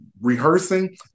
rehearsing